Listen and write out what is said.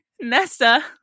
nesta